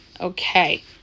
Okay